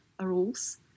rules